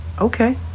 okay